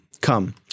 Come